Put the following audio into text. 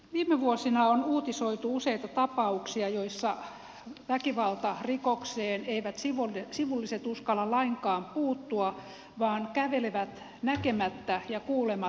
viime vuosina on uutisoitu useita tapauksia joissa väkivaltarikokseen eivät sivulliset uskalla lainkaan puuttua vaan kävelevät näkemättä ja kuulematta ohi